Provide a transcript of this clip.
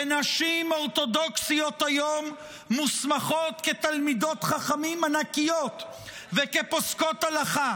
ונשים אורתודוקסיות היום מוסמכות כתלמידות חכמים ענקיות וכפוסקות הלכה.